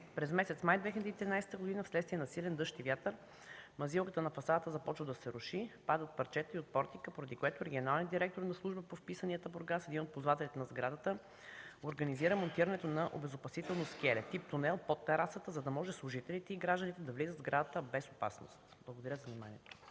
През месец май 2013 г. вследствие на силен дъжд и вятър мазилката на фасадата започва да се руши, падат парчета и от портика, поради което регионалният директор на Службата по вписванията в Бургас – един от ползвателите на сградата, организира монтирането на обезопасително скеле тип „Тунел” под терасата, за да може служителите и гражданите да влизат в сградата без опасност. Благодаря за вниманието.